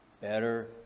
better